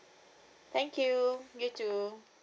thank you you too